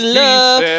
love